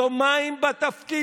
יומיים בתפקיד,